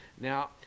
Now